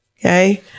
Okay